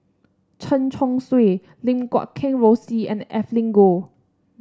Chen Chong Swee Lim Guat Kheng Rosie and Evelyn Goh